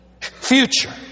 future